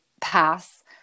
pass